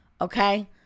okay